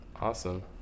Awesome